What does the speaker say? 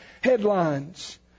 headlines